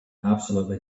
absolutely